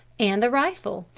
and the rifle,